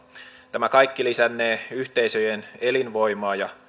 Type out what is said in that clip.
tämä kaikki lisännee yhteisöjen elinvoimaa ja